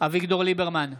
אביגדור ליברמן,